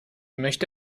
möchte